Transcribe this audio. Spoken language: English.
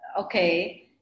Okay